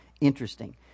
Interesting